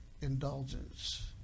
indulgence